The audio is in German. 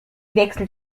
wechselt